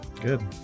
good